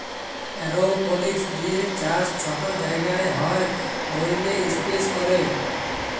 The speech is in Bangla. এরওপলিক্স দিঁয়ে চাষ ছট জায়গায় হ্যয় ব্যইলে ইস্পেসে ক্যরে